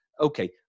okay